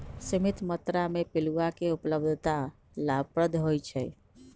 सीमित मत्रा में पिलुआ के उपलब्धता लाभप्रद होइ छइ